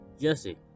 Jesse